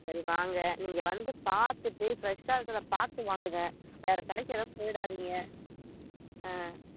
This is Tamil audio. சரி வாங்க நீங்கள் வந்து பார்த்துட்டு ஃப்ரெஷ்ஷாக இருக்கறதை பார்த்து வாங்குங்க வேறு கடைக்கு எதுவும் போயிடாதீங்க ஆ